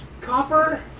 copper